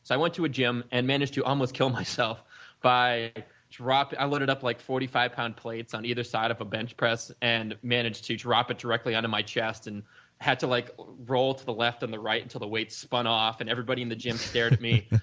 i went to a gym and managed to almost kill myself by dropped. i went it up like forty five pound plates on either side of a bench press and managed to drop it directly under my chest and had to like roll to the left and the right until the weight spun off and everybody in the gym stared at me,